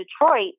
Detroit